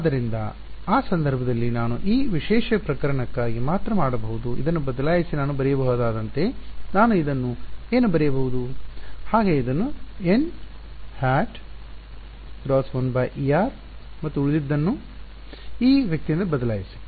ಆದ್ದರಿಂದ ಆ ಸಂದರ್ಭದಲ್ಲಿ ನಾನು ಈ ವಿಶೇಷ ಪ್ರಕರಣಕ್ಕಾಗಿ ಮಾತ್ರ ಮಾಡಬಹುದು ಇದನ್ನು ಬದಲಾಯಿಸಿ ನಾನು ಬರೆಯಬಹುದಾದಂತೆ ನಾನು ಇದನ್ನು ಏನು ಬರೆಯಬಹುದು ಹಾಗೆ ಇದು nˆ × 1 εr ಮತ್ತು ಉಳಿದದ್ದನ್ನು ಈ ವ್ಯಕ್ತಿಯಿಂದ ಬದಲಾಯಿಸಿ